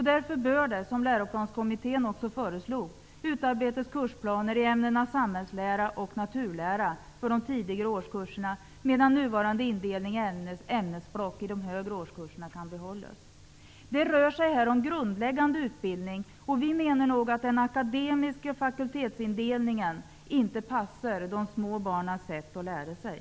Därför bör det, som läroplanskommittén också föreslog, utarbetas kursplaner i ämnena samhälllsära och naturlära för de tidigare årskurserna, medan nuvarande indelning i ämnesblock kan behållas i de högre årskurserna. Det rör sig om grundläggande utbildning, och vi menar att den akademiska fakultetsindelningen inte passar de små barnens sätt att lära sig.